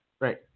right